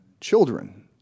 children